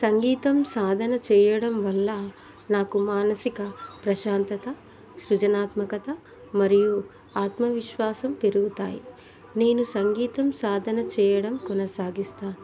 సంగీతం సాధన చేయడం వల్ల నాకు మానసిక ప్రశాంతత సృజనాత్మకత మరియు ఆత్మవిశ్వాసం పెరుగుతాయి నేను సంగీతం సాధన చేయడం కొనసాగిస్తాను